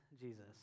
Jesus